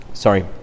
Sorry